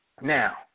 Now